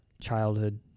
childhood